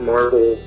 Marvel